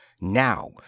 Now